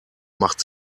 macht